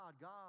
God